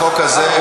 לחוק הזה,